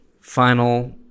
final